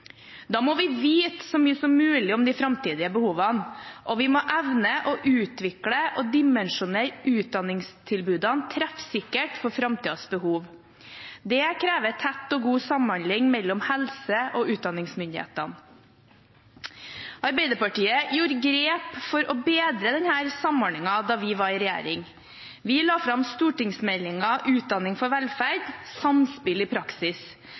Da må vi vite så mye som mulig om de framtidige behovene, og vi må evne å utvikle og dimensjonere utdanningstilbudene treffsikkert for framtidens behov. Det krever tett og god samhandling mellom helse- og utdanningsmyndighetene. Arbeiderpartiet tok grep for å bedre denne samordningen da vi var i regjering. Vi la fram Meld. St. 13 for 2011–2012, Utdanning for velferd – Samspill i praksis,